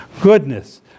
Goodness